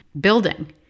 building